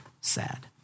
sad